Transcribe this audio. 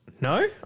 No